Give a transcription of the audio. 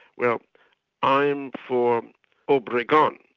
well i'm for obregon,